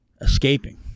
escaping